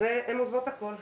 הן עוזבות הכול.